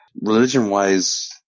religion-wise